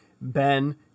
Ben